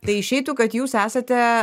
tai išeitų kad jūs esate